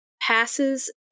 passes